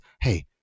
Hey